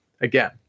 again